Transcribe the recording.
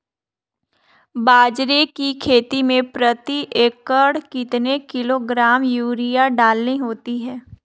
बाजरे की खेती में प्रति एकड़ कितने किलोग्राम यूरिया डालनी होती है?